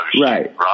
Right